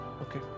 Okay